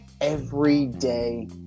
everyday